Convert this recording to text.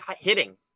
hitting